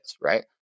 right